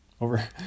Over